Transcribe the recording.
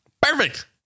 Perfect